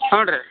ಹ್ಞೂ ರೀ